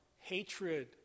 hatred